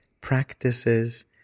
practices